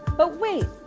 but wait,